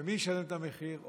ומי ישלם את המחיר?